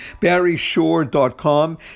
barryshore.com